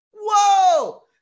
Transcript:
Whoa